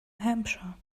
hampshire